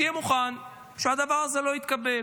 תהיה מוכן שהדבר הזה לא יתקבל